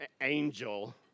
angel